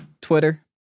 twitter